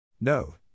No